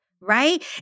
right